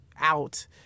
out